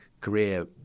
career